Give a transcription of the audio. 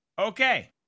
Okay